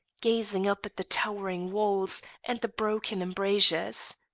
gazing up at the towering walls and the broken embrasures.